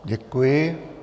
Děkuji.